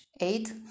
eight